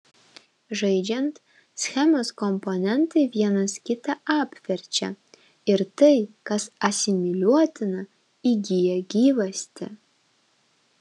žaidžiant schemos komponentai vienas kitą apverčia ir tai kas asimiliuotina įgyja gyvastį